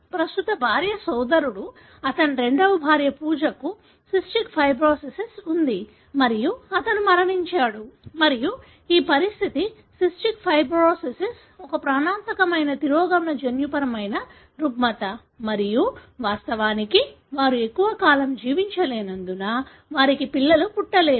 ప్రస్తుత భార్య సోదరుడు అతని రెండవ భార్య పూజకు సిస్టిక్ ఫైబ్రోసిస్ ఉంది మరియు అతను మరణించాడు మరియు ఈ పరిస్థితి సిస్టిక్ ఫైబ్రోసిస్ ఒక ప్రాణాంతకమైన తిరోగమన జన్యుపరమైన రుగ్మత మరియు వాస్తవానికి వారు ఎక్కువ కాలం జీవించలేనందున వారికి పిల్లలు పుట్టలేరు